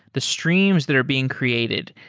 the streams that are being created,